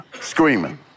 screaming